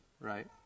right